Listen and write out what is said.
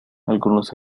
algunos